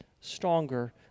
stronger